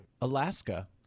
Alaska